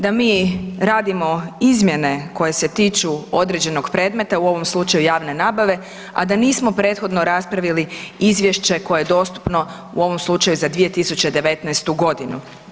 Da mi radimo izmjene koje se tiču određenog predmeta u ovom slučaju javne nabave, a da nismo prethodno raspravili izvješće koje je dostupno u ovom slučaju za 2019. godinu.